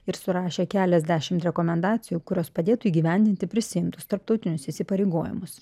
ir surašė keliasdešimt rekomendacijų kurios padėtų įgyvendinti prisiimtus tarptautinius įsipareigojimus